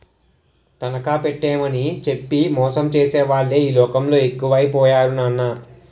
తనఖా పెట్టేమని చెప్పి మోసం చేసేవాళ్ళే ఈ లోకంలో ఎక్కువై పోయారు నాన్నా